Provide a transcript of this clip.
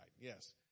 yes